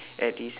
at his